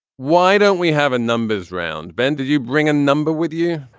why don't we have a numbers round? ben, did you bring a number with you?